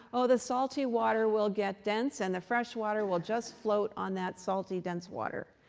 oh, the salty water will get dense and the fresh water will just float on that salty dense water.